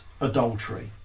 adultery